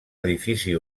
edifici